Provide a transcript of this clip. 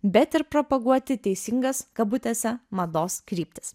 bet ir propaguoti teisingas kabutėse mados kryptis